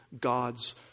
God's